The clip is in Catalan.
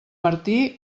martí